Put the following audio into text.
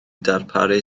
darparu